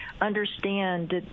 understand